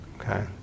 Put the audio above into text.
Okay